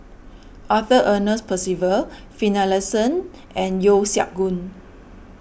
Arthur Ernest Percival Finlayson and Yeo Siak Goon